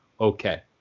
okay